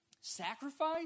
Sacrifice